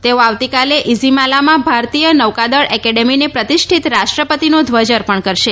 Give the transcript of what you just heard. તેઓ આવતીકાલે ઇઝીમાલામાં ભારતીય નૌકાદળ એકેડેમીને પ્રતિષ્ઠિત રાષ્ટ્રપતિનો ધ્વજ અર્પણ કરશે